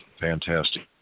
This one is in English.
Fantastic